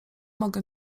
mogę